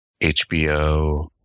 HBO